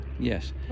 Yes